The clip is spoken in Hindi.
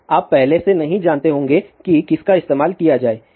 अब आप पहले से नहीं जानते होंगे कि किसका इस्तेमाल किया जाए